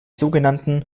sogenannten